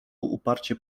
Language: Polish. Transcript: uparcie